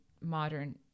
modern